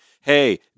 hey